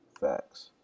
Facts